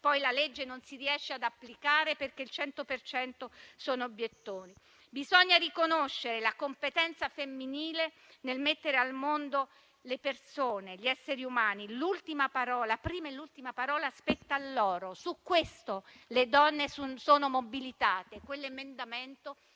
la legge non si riesce ad applicare, perché il 100 per cento dei medici sono obiettori. Bisogna riconoscere la competenza femminile nel mettere al mondo le persone, gli esseri umani. La prima e l'ultima parola spettano a loro. Su questo le donne sono mobilitate. Quell'emendamento